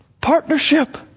Partnership